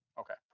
Okay